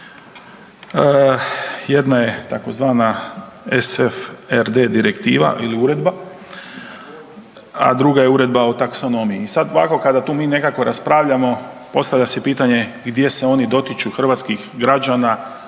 Jedna je tzv. SFRD direktiva ili uredba, a druga je Uredba o taksonomiji. I sad ovako kada mi tu nekako raspravljamo postavlja se pitanje gdje se oni dotiču hrvatskih građana,